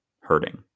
hurting